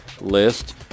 list